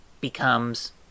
becomes